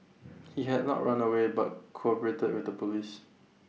he had not run away but cooperated with the Police